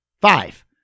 Five